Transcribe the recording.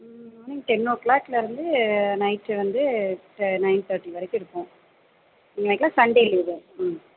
ம் morning ten ஓ கிளாகில் இருந்து நைட் வந்து நயன் தேர்ட்டி வரைக்கும் இருக்கும் இன்னைக்கிலா சன்டே லீவு